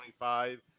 25